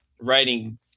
writing